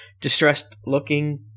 distressed-looking